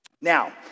Now